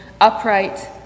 upright